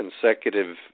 consecutive